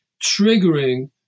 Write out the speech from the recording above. triggering